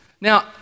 Now